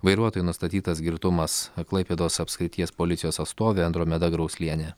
vairuotojui nustatytas girtumas klaipėdos apskrities policijos atstovė andromeda grauslienė